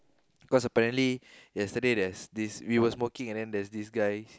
cause apparently yesterday there's this we were smoking and then there's this guy